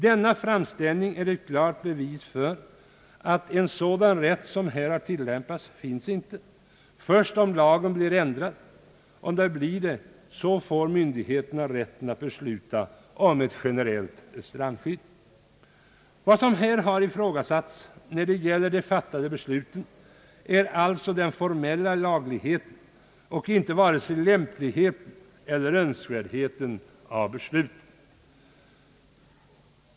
Denna framställning är ett klart bevis för att det inte finns en sådan rätt som tillämpats i de av mig angivna fallen. Först när och om lagen ändras får myndigheterna rätt att besluta om ett generellt strandskydd. Här har alltså ifrågasatts den formella lagligheten beträffande de fattade besluten, varken lämpligheten eller önskvärdheten av dessa.